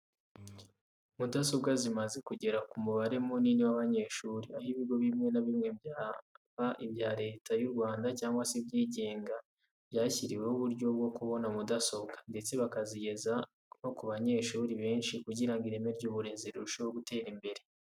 Mudasobwa zimaze kugera ku mubare munini w'abanyeshuri, aho ibigo bimwe na bimwe byaba ibya Leta y'u Rwanda cyangwa se ibyigenga byashyiriweho uburyo bwo kubona mudasobwa, ndetse bakazigeza no ku banyeshuri benshi kugira ngo ireme ry'uburezi rirusheho gutera imbere.